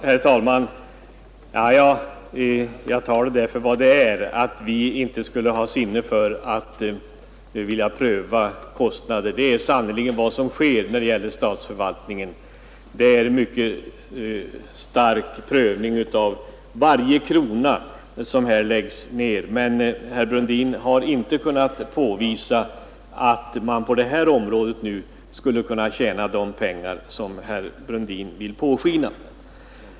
Herr talman! Jag tar detta för vad det är — att vi i utskottsmajoriteten inte skulle ha sinne för att vilja pröva kostnader! Sådan prövning är sannerligen vad som sker när det gäller statsförvaltningen; det görs en mycket noggrann prövning av varje krona som läggs ned på något. Herr Brundin har inte heller kunnat påvisa att man på detta område skulle kunna tjäna de pengar som han vill låta påskina skulle vara möjligt.